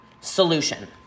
Solution